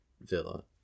Villa